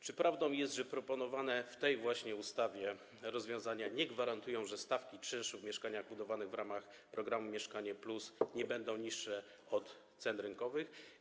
Czy prawdą jest, że proponowane w tej właśnie ustawie rozwiązania nie gwarantują, że stawki czynszów w mieszkaniach budowanych w ramach programu „Mieszkanie+” nie będą niższe od cen rynkowych?